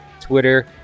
Twitter